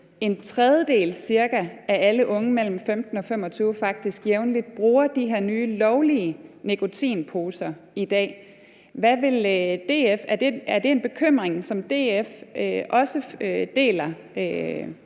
en tredjedel af alle unge mellem 15 og 25 år faktisk jævnligt bruger de her nye lovlige nikotinposer i dag. Er det en bekymring, som DF deler